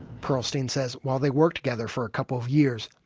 pearlstein says while they worked together for a couple of years,